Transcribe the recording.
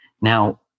Now